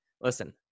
Listen